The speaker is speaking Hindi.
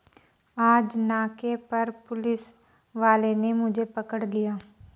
आज नाके पर पुलिस वाले ने मुझे पकड़ लिया